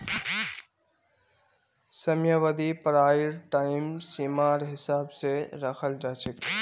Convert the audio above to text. समयावधि पढ़ाईर टाइम सीमार हिसाब स रखाल जा छेक